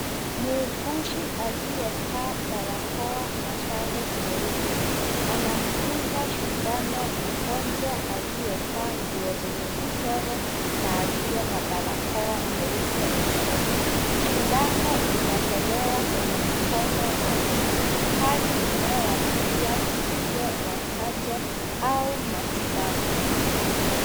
Muuguzi aliyevaa barakoa na sare nyeupe anamdunga sindano mgonjwa aliyevaa nguo zenye michoro na aliye na barakoa nyeupe usoni. Sindano inatolewa kwenye mkono wa juu. Hali inayoashiria tukio la chanjo au matibabu.